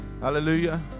Hallelujah